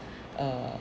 err